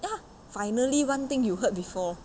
ya finally one thing you heard before